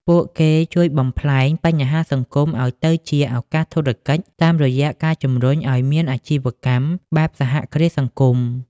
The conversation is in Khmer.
ពួកគេជួយបំប្លែង "បញ្ហាសង្គម" ឱ្យទៅជា "ឱកាសធុរកិច្ច" តាមរយៈការជម្រុញឱ្យមានអាជីវកម្មបែបសហគ្រាសសង្គម។